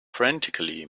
frantically